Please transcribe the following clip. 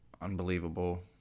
unbelievable